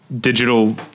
digital